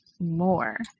more